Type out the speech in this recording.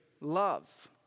love